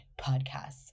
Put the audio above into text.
podcasts